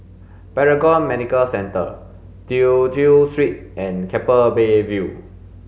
Paragon Medical Centre Tew Chew Street and Keppel Bay View